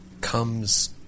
comes